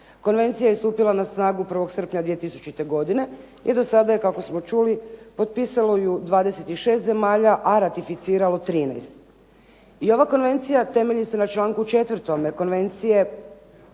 Konvencija je stupila na snagu 1. srpnja 2000. godine i do sada je kako smo čuli potpisalo ju 26 zemalja, a ratificiralo 13. I ova konvencija temelji se na članku 4. konvencije